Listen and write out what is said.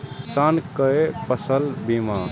किसान कै फसल बीमा?